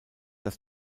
dass